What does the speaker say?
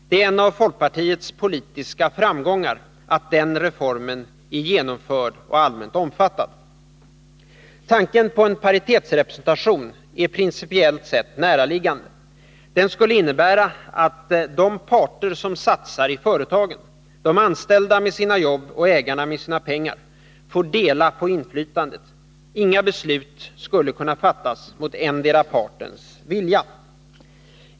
Det är en av folkpartiets politiska framgångar att den reformen nu är genomförd och allmänt omfattad. Tanken på en paritetsrepresentation är principiellt sett näraliggande. Den skulle innebära att de parter som satsar i företagen — de anställda med sina jobb och ägarna med sina pengar — får dela på inflytandet. Inga beslut skulle kunna fattas mot endera partens vilja.